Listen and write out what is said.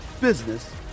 business